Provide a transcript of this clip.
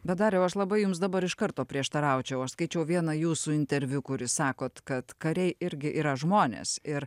bet dariau aš labai jums dabar iš karto prieštaraučiau aš skaičiau vieną jūsų interviu kur jūs sakot kad kariai irgi yra žmonės ir